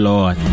Lord